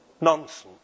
nonsense